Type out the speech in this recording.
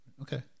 Okay